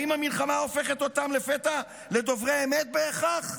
האם המלחמה הופכת אותם לפתע לדוברי אמת בהכרח,